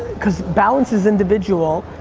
cause balance is individual,